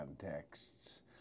contexts